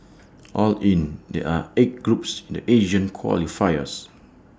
all in there are eight groups in the Asian qualifiers